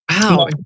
Wow